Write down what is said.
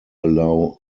allow